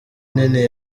nini